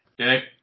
Okay